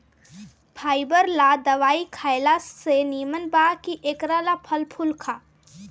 fibre ला दवाई खएला से निमन बा कि एकरा ला फल फूल खा